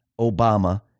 Obama